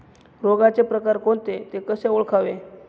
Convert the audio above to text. रोगाचे प्रकार कोणते? ते कसे ओळखावे?